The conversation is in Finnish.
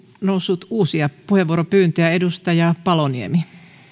noussut uusia puheenvuoropyyntöjä edustaja paloniemi